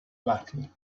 battle